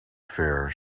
fair